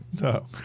No